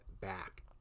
back